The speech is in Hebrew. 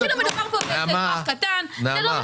כאילו מדובר פה באיזה אזרח קטן --- נעמה,